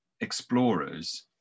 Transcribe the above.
explorers